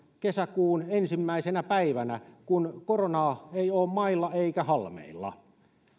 kesäkuun ensimmäisenä päivänä kun koronaa ei ole mailla eikä halmeilla